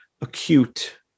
acute